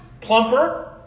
plumper